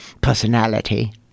personality